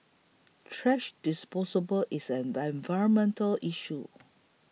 thrash disposal is an environmental issue